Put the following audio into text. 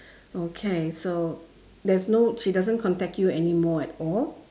okay so there's no she doesn't contact you anymore at all